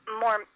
more